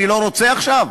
אני לא רוצה עכשיו?